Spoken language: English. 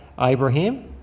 abraham